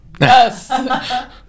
Yes